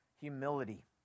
humility